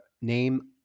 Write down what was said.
name